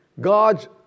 God